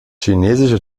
chinesische